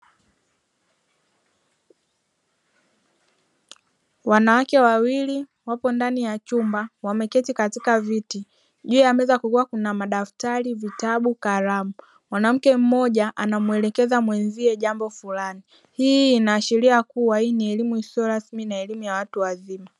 Wanawake wawili wapo ndani ya chumba wameketi katika viti, juu ya meza kukiwa kuna madaftari na vitabu na kalamu, mwanamke mmoja anamuelekeza mwenzie jambo fulani, hii ina ashiria kuwa hii ni elimu isiyo rasmi na elimu ya watu wazima.